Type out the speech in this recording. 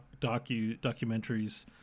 documentaries